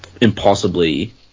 impossibly